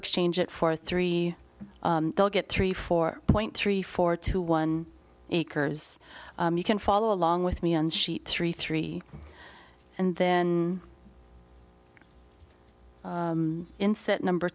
exchange it for three they'll get three four point three four two one acres you can follow along with me on sheet three three and then insert number